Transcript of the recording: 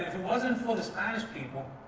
it wasn't for the spanish people